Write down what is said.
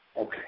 Okay